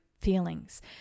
feelings